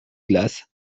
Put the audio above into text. glaces